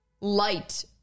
light